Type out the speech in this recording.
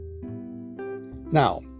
Now